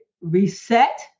reset